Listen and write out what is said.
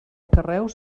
carreus